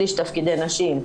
שליש תפקידי נשים,